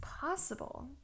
possible